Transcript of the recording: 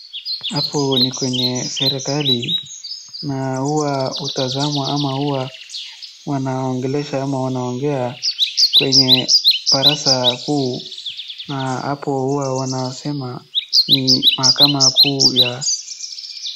Hapo ni kwenye serikali na huwa utazamwa ama huwa wanaongelesha ama wanaongea kwenye baraza kuu na hapo huwa wanasema ni mahakama kuu ya.